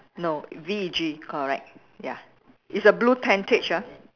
no V E G correct ya it's a blue tentage ah